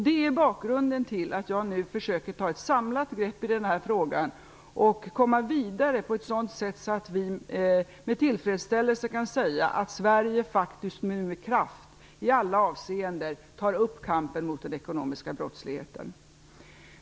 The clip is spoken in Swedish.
Det är bakgrunden till att jag nu försöker ta ett samlat grepp i den här frågan för att komma vidare på ett sådant sätt att vi med tillfredsställelse kan säga att Sverige faktiskt nu med kraft i alla avseenden tar upp kampen mot den ekonomiska brottsligheten.